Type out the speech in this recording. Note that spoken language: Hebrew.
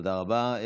תודה רבה.